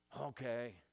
Okay